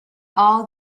all